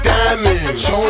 Diamonds